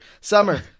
Summer